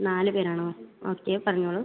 നാല് പേരാണോ ഓക്കെ പറഞ്ഞോളൂ